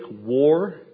war